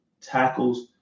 tackles